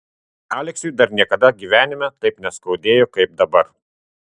aleksiui dar niekada gyvenime taip neskaudėjo kaip dabar